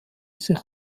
sich